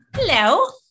Hello